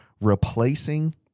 replacing